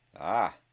Ah